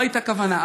לא הייתה לי כוונה,